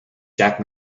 jack